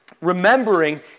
remembering